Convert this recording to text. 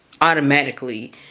automatically